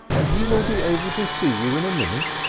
and he will be able to see you in a minute,